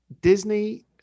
Disney